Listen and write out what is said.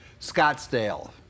scottsdale